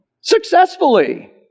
Successfully